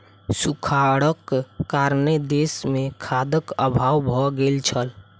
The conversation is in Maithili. सूखाड़क कारणेँ देस मे खाद्यक अभाव भ गेल छल